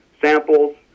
samples